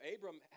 Abram